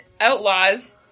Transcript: Outlaws